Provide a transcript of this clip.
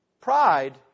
Pride